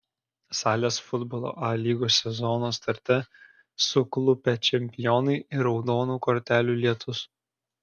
salės futbolo a lygos sezono starte suklupę čempionai ir raudonų kortelių lietus